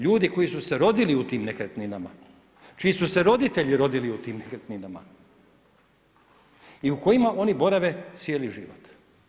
Ljudi koji su se rodili u tim nekretninama, čiji su se roditelji rodili u tim nekretninama i u kojima oni borave cijeli život.